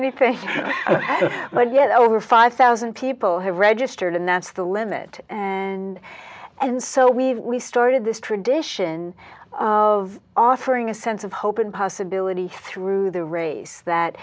anything but yet over five thousand people have registered and that's the limit and and so we've we started this tradition of offering a sense of hope and possibility through the raise that